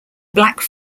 black